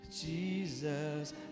Jesus